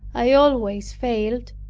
i always failed,